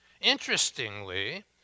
Interestingly